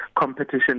competition